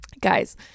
guys